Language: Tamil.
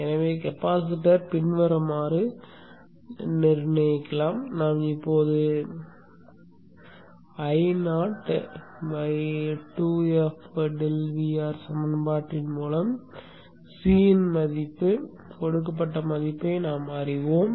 எனவே கெபாசிட்டரை பின்வருமாறு நிர்ணயிக்கலாம் நாம் இப்போது Io 2f∆Vr சமன்பாட்டின் மூலம் C மதிப்பு கொடுக்கப்பட்ட மதிப்பை நாம் அறிவோம்